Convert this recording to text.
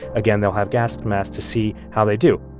again, they'll have gas masks to see how they do.